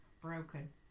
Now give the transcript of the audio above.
broken